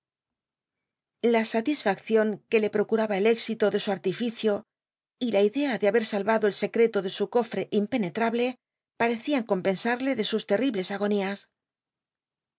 la satisfaccion que le procuraba el éxito de su arlircio y la idea de haber salrado el secreto de su cofre impenetrable pat'ccian compcnsal'lc de sus tctriblcs agonías